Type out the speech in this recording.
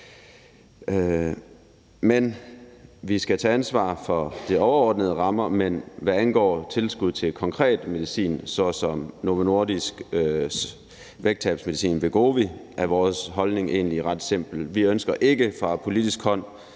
Vi skal tage ansvar for de overordnede rammer, men hvad angår tilskud til konkret medicin såsom Novo Nordisks vægttabsmedicin Wegovy, er vores holdning egentlig ret simpel: Vi ønsker ikke fra politisk side